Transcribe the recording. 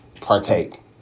partake